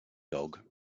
dog